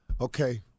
Okay